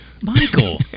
Michael